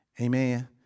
Amen